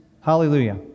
Hallelujah